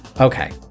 Okay